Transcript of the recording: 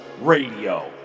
Radio